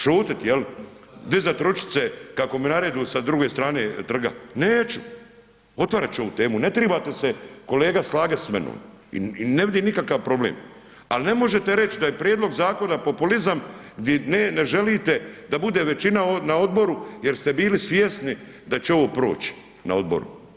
Šutit jel, dizat ručice kako mi naredu sa druge strane trga, neću, otvarat ću ovu temu, ne tribate se kolega slagat s menom i ne vidim nikakav problem, ali ne možete reći da je prijedlog zakona populizam gdje ne želite da bude većina na odboru jer ste bili svjesni da će ovo proći na odboru.